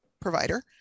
provider